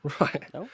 right